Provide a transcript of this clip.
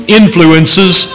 influences